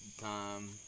time